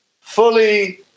fully